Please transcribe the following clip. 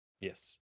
Yes